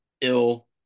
ill